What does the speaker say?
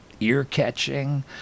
ear-catching